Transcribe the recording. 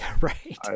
Right